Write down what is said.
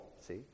see